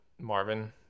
Marvin